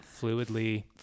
fluidly